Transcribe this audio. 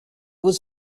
was